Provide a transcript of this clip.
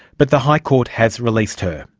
but the high court has released her.